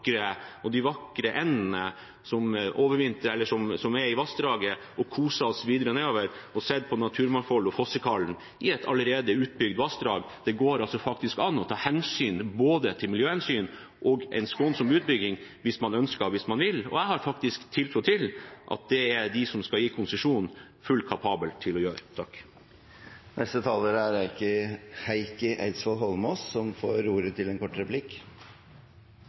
vakre endene som er i vassdraget, koset oss videre nedover, sett på naturmangfoldet og fossekallen i et allerede utbygd vassdrag. Det går altså an å ta hensyn både til miljøet og til en skånsom utbygging, hvis man ønsker, og hvis man vil. Og jeg har faktisk tiltro til at det er de som skal gi konsesjon, fullt kapable til å gjøre. Representanten Heikki Eidsvoll Holmås har hatt ordet to ganger tidligere og får ordet til en kort